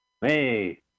Hey